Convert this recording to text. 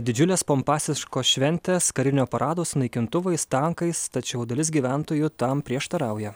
didžiulės pompastiškos šventės karinio parado su naikintuvais tankais tačiau dalis gyventojų tam prieštarauja